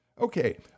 Okay